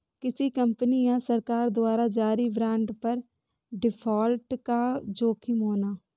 किसी कंपनी या सरकार द्वारा जारी बांड पर डिफ़ॉल्ट का जोखिम होना